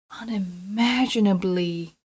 unimaginably